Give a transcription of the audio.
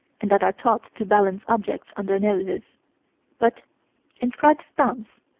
and that are taught to balance objects on their noses but inscribed stamps,